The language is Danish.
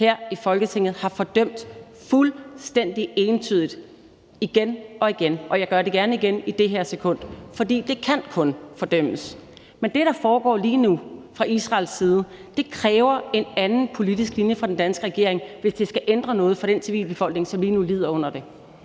her i Folketinget har fordømt fuldstændig entydigt igen og igen. Og jeg gør det gerne igen i det her sekund, for det kan kun fordømmes. Men det, der foregår lige nu fra Israels side, kræver en anden politisk linje fra den danske regerings side, hvis det skal ændre noget for den civilbefolkning, som lige nu lider under det.